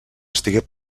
estigué